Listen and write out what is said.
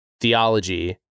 theology